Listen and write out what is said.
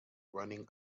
running